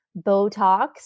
Botox